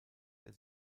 der